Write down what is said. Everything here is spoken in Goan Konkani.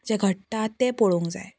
जें घडटा तें पळोवंक जाय